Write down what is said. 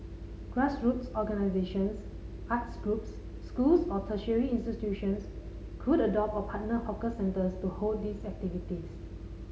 grassroots organisations arts groups schools or tertiary institutions could adopt or partner hawker centres to hold these activities